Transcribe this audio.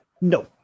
no